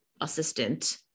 assistant